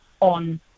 on